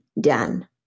done